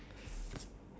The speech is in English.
um